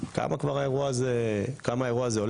כמה האירוע הזה עולה?